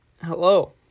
hello